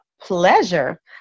pleasure